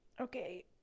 okay